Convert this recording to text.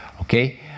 Okay